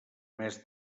mes